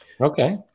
okay